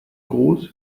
groß